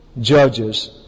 judges